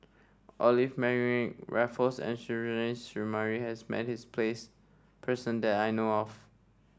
Olivia Mariamne Raffles and Suzairhe Sumari has met his place person that I know of